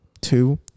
Two